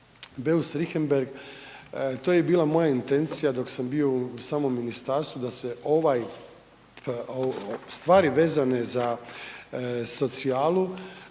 Beus Richembergh, to je i bila moja intencija dok sam bio u samom ministarstvu da se ovaj, stvari vezane za socijalu